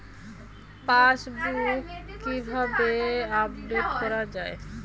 Passbook কিভাবে update করা হয়?